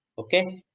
okay,